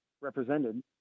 represented